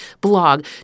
blog